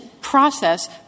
process